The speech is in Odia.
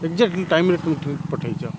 ଏଗ୍ଜାକ୍ଟଲି ଟାଇମ୍ରେ ତୁମେ ପଠେଇଛ